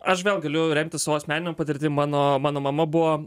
aš gal galiu remtis savo asmenine patirtim mano mano mama buvo